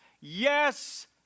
yes